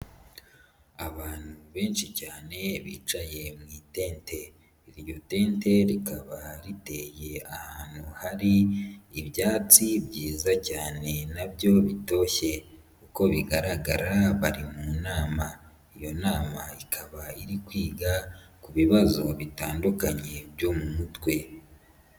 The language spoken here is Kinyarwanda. Abantu benshi cyane bicaye mu itente. Iryo tente rikaba riteye ahantu hari ibyatsi byiza cyane na byo bitoshye. Uko bigaragara bari mu nama. Iyo nama ikaba iri kwiga ku bibazo bitandukanye byo mu mutwe.